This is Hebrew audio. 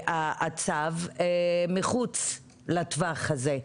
מחוץ לטווח הזה.